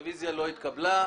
לא נתקבלה.